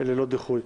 ללא דיחוי.